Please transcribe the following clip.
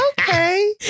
Okay